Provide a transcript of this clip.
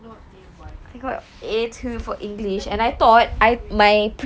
I got A one that's the only grade